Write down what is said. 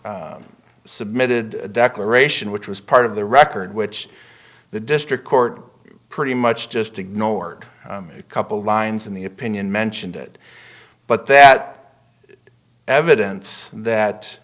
submitted a declaration which was part of the record which the district court pretty much just ignored a couple of lines in the opinion mentioned it but that evidence that